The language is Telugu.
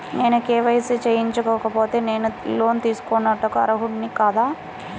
నేను కే.వై.సి చేయించుకోకపోతే నేను లోన్ తీసుకొనుటకు అర్హుడని కాదా?